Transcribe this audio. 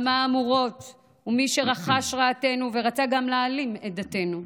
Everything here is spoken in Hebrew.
המהמורות ומי שחרש רעתנו ורצה גם להעלים את דתנו.